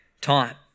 time